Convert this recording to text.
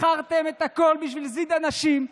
מכרתם את הכול בשביל נזיד עדשים,